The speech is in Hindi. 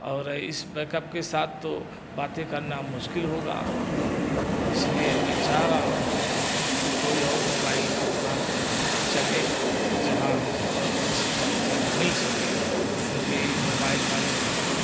और इस बैकअप से साथ तो बातें करना मुश्किल होगा इस लिए मैं चाह रहा हूँ कि कोई और मोबाइल की दुकान पर चलें जहाँ हमें और अच्छी क्वालिटी मिल सकें चूँकि मोबाइल वाले तो सब